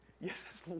Yes